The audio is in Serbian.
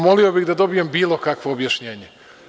Molio bih da dobijem bilo kakvo objašnjenje.